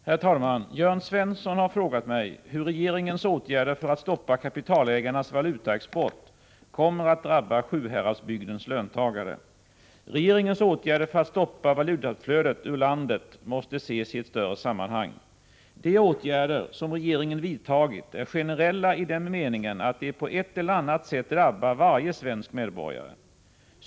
Herr talman! Jörn Svensson har frågat mig hur regeringens åtgärder för att stoppa kapitalägarnas valutaexport kommer att drabba Sjuhäradsbygdens löntagare. Regeringens åtgärder för att stoppa valutautflödet ur landet måste ses i ett större sammanhang. De åtgärder som regeringen vidtagit är generella i den meningen att de på ett eller annat sätt drbbar varje svensk medborgare.